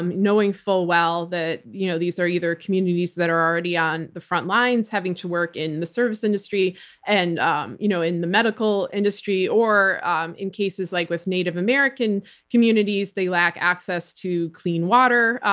um knowing full well that you know these are either communities that are already on the front lines having to work in the service industry and um you know in the medical industry, or um in cases like with native american communities, they lack access to clean water,